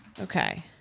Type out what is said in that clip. Okay